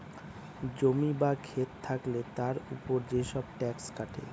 জমি বা খেত থাকলে তার উপর যেসব ট্যাক্স কাটে